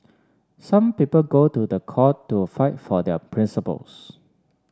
some people go to the court to fight for their principles